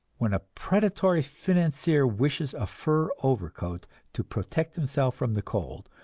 when a predatory financier wishes a fur overcoat to protect himself from the cold,